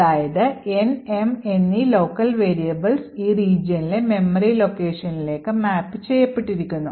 അതായത് N M എന്നീ local variables ഈ regionലെ മെമ്മറി locationsലേക്ക് മാപ്പ് ചെയ്യപ്പെട്ടിരിക്കുന്നു